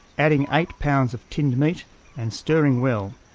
adding eight pounds of tinned meat and stirring well.